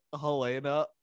Helena